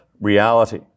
reality